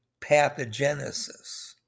pathogenesis